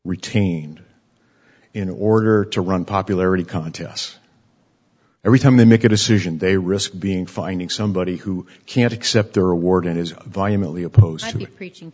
retained in order to run popularity contests every time they make a decision they risk being finding somebody who can't accept their award and is violently opposed t